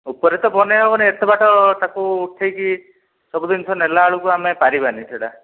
ଉପରେ ତ ବନାଇ ହେବନି ଏତେ ବାଟ ତାକୁ ଉଠାଇକି ସବୁ ଜିନିଷ ନେଲା ବେଳକୁ ଆମେ ପାରିବାନି ସେହିଟା